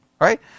right